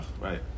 right